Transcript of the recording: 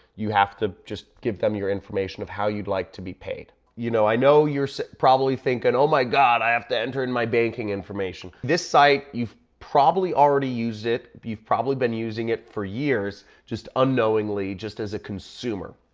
you have to just give them your information of how you'd like to be paid. you know, i know you're probably thinking oh my god, i have to enter in my banking information. this site, you've probably already used it, you've probably been using it for years, just unknowingly just as a consumer.